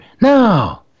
No